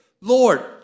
Lord